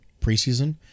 preseason